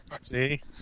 See